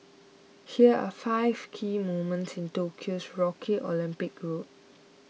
here are five key moments in Tokyo's rocky Olympic road